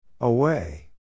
Away